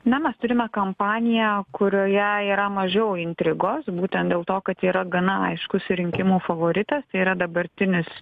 na mes turime kampaniją kurioje yra mažiau intrigos būtent dėl to kad yra gana aiškus rinkimų favoritas tai yra dabartinis